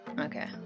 okay